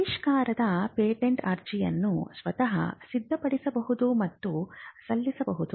ಆವಿಷ್ಕಾರಕ ಪೇಟೆಂಟ್ ಅರ್ಜಿಯನ್ನು ಸ್ವತಃ ಸಿದ್ಧಪಡಿಸಬಹುದು ಮತ್ತು ಸಲ್ಲಿಸಬಹುದು